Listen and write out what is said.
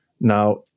Now